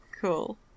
Cool